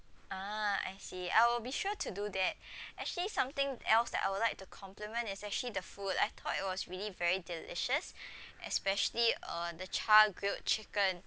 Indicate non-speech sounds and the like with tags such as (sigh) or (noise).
ah I see I will be sure to do that (breath) actually something else that I would like to compliment is actually the food I thought it was really very delicious (breath) especially uh the char grilled chicken